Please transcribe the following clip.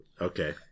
okay